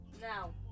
Now